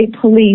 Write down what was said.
Police